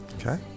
Okay